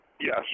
Yes